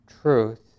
truth